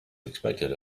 expected